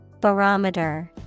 Barometer